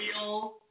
real